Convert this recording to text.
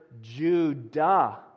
Judah